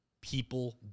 People